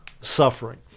suffering